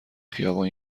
خیابان